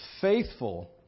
faithful